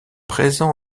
présent